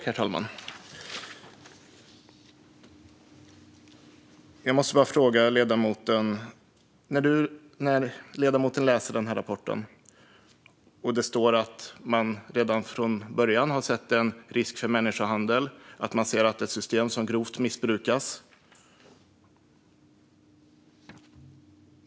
Herr talman! Ledamoten har läst rapporten där det framgår att man redan från början har sett en risk för människohandel, det vill säga ett system som grovt missbrukas.